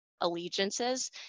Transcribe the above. allegiances